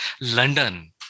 London